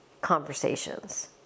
conversations